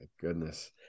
goodness